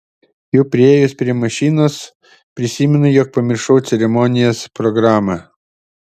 jau priėjus prie mašinos prisimenu jog pamiršau ceremonijos programą